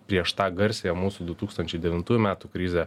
prieš tą garsiąją mūsų du tūkstančiai devintųjų metų krizę